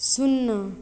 शुन्ना